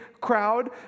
crowd